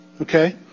Okay